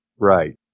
Right